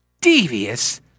devious